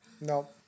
No